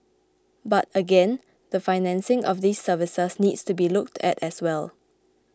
but again the financing of these services needs to be looked at as well